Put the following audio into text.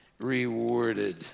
rewarded